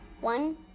One